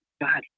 god